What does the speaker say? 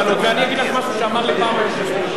ואגיד לך משהו שאמר לי פעם היושב-ראש,